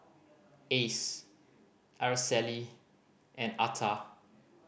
Ace Araceli and Atha